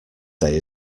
day